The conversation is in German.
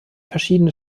verschiedene